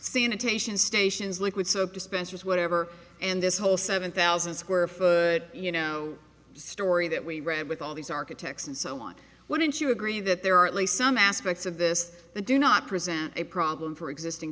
taishan stations liquid soap dispensers whatever and this whole seven thousand square foot you know story that we read with all these architects and so on wouldn't you agree that there are at least some aspects of this the do not present a problem for existing